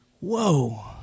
whoa